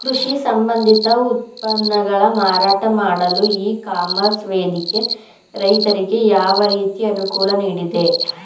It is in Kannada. ಕೃಷಿ ಸಂಬಂಧಿತ ಉತ್ಪನ್ನಗಳ ಮಾರಾಟ ಮಾಡಲು ಇ ಕಾಮರ್ಸ್ ವೇದಿಕೆ ರೈತರಿಗೆ ಯಾವ ರೀತಿ ಅನುಕೂಲ ನೀಡಿದೆ?